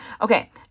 okay